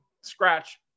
scratch